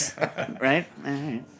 right